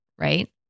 right